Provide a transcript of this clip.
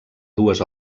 dues